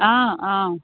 অঁ অঁ